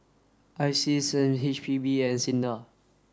ISEAS and H P B and SINDA